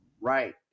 Right